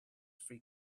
free